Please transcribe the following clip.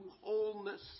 wholeness